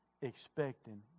expecting